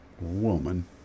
woman